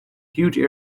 huge